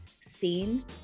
Seen